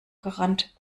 gerannt